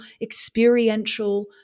experiential